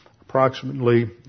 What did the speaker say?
approximately